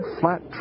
flat